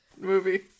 movie